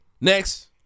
Next